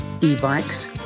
e-bikes